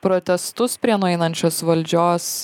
protestus prie nueinančios valdžios